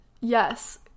Yes